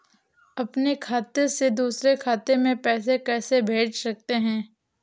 अपने खाते से दूसरे खाते में पैसे कैसे भेज सकते हैं?